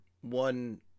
one